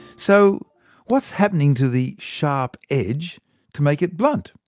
so what's happening to the sharp edge to make it blunt?